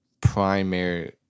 primary